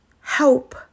help